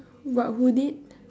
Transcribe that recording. what who did